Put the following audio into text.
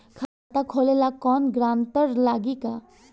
खाता खोले ला कौनो ग्रांटर लागी का?